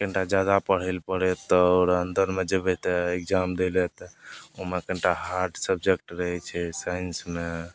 कनिटा जादा पढ़ै ले पड़त तऽ अन्दरमे जएबै तऽ एग्जाम दै ले तऽ ओहिमे कनिटा हार्ड सब्जेक्ट रहै छै साइन्समे